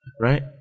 right